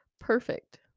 perfect